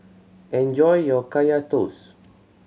enjoy your Kaya Toast